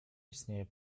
istnieje